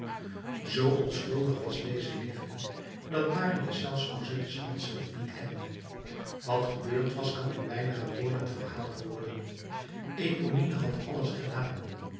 zoo onschuldig was deze liefde dat marius zelfs cosettes handschrift niet kende wat gebeurd was kan in weinige woorden verhaald worden eponine had alles gedaan